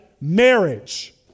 marriage